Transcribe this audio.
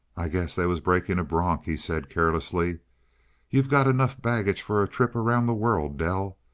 i guess they was breaking a bronk, he said, carelessly you've got enough baggage for a trip round the world, dell.